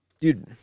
dude